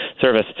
service